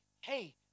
hey